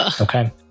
okay